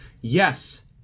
yes